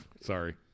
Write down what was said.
Sorry